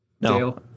No